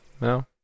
No